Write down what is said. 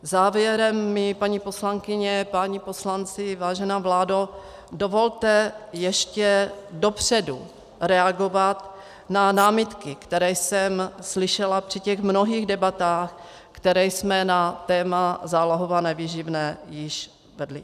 Závěrem mi, paní poslankyně, páni poslanci, vážená vládo, dovolte ještě dopředu reagovat na námitky, které jsem slyšela při mnohých debatách, které jsme na téma zálohované výživné již vedli.